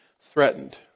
threatened